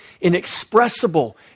inexpressible